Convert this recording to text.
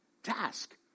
task